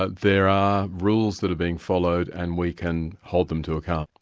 ah there are rules that are being followed and we can hold them to account.